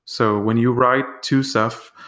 so when you write to ceph.